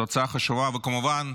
זו הצעה חשובה, וכמובן,